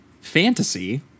fantasy